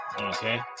Okay